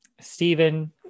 Stephen